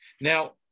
Now